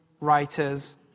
writers